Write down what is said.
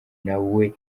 nawe